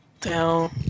down